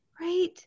right